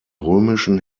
römischen